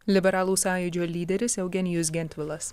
liberalų sąjūdžio lyderis eugenijus gentvilas